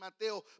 Mateo